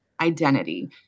identity